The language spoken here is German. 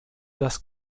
das